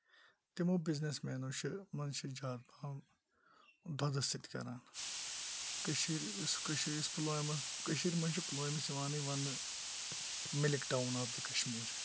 تِمو بِزنِس مینو چھِ منٛزٕ ہٮ۪چھان دۄدَس سۭتۍ کران کٔشیٖر یُس کٔشیٖرِ پُلوامہ کٔشیٖر منٛز چھُ پُلوٲمِس یِوانٕے وَننہٕ milk town of the Kashmir